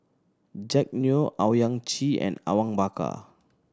Jack Neo Owyang Chi and Awang Bakar